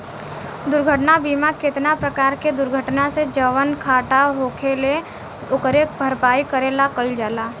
दुर्घटना बीमा केतना परकार के दुर्घटना से जवन घाटा होखेल ओकरे भरपाई करे ला कइल जाला